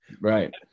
Right